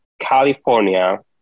California